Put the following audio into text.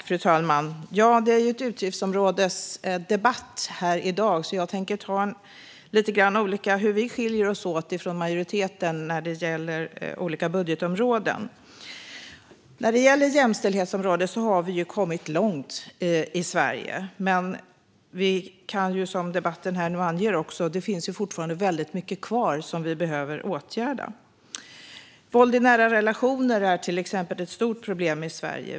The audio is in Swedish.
Fru talman! Vi har ju en utgiftsområdesdebatt här i dag, så jag tänker ta upp lite om hur vi skiljer oss från majoriteten när det gäller olika budgetområden. Vi i Sverige har kommit långt på jämställdhetsområdet, men som framkommit i debatten finns det fortfarande väldigt mycket kvar som vi behöver åtgärda. Till exempel är våld i nära relationer ett stort problem i Sverige.